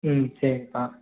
ம் சரிப்பா